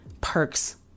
perks